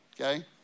okay